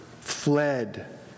fled